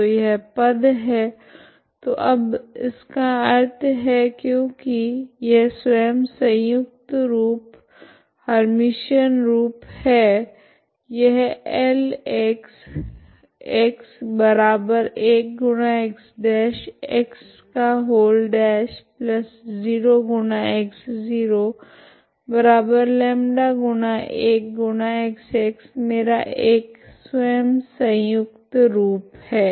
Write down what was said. तो यह पद है तो अब इसका अर्थ है क्योकि यह स्वयं संयुक्त रूप हर्मिशियन रूप है यह LX 1 X0 X λ 1 X मेरा एक स्वयं संयुक्त रूप हैं